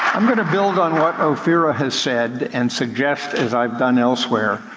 i'm gonna build on what ophira has said, and suggest, as i've done elsewhere,